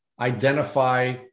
identify